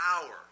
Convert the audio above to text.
power